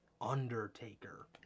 Undertaker